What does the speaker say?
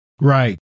right